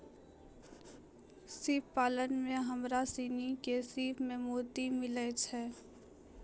सिप पालन में हमरा सिनी के सिप सें मोती मिलय छै